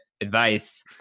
advice